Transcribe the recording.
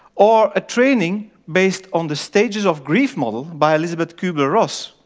or a training based on the stages of grief model by elisabeth kubler-ross,